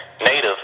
Native